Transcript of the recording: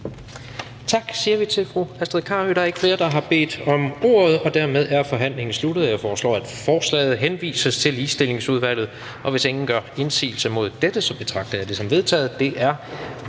Tak, siger vi til fru Astrid Carøe. Der er ikke flere, der har bedt om ordet, og dermed er forhandlingen sluttet. Jeg foreslår, at forslaget til folketingsbeslutning henvises til Ligestillingsudvalget. Hvis ingen gør indsigelse mod dette, betragter jeg det som vedtaget.